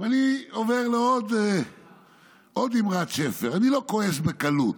אני עובר לעוד אמרת שפר: "אני לא כועס בקלות.